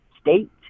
State